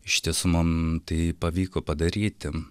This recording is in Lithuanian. iš tiesų mum tai pavyko padaryti